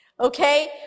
Okay